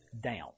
down